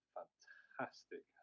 fantastic